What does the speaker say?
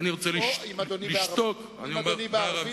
או אם אדוני רוצה בערבית.